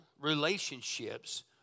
relationships